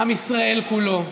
עם ישראל כולו,